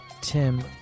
Tim